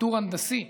בטור הנדסי,